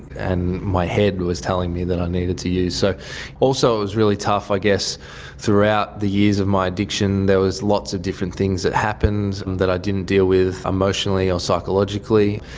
and my head was telling me that i needed to use. so also it was really tough i guess throughout the years of my addiction there was lots of different things that happened and that i didn't deal with emotionally or psychologically,